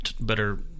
better